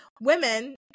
women